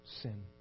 sin